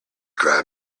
grab